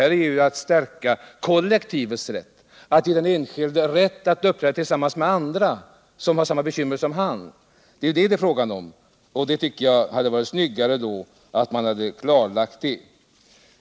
Här gäller det att stärka kollektivets rätt, att ge den enskilde fält att uppträda tillsammans med andra som har samma bekymmer som han. Det hade varit snyggare om man hade klarlagt detta.